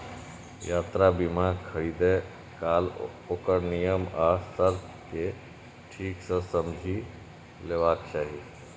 यात्रा बीमा खरीदै काल ओकर नियम आ शर्त कें ठीक सं समझि लेबाक चाही